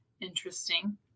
interesting